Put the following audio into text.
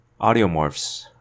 Audiomorphs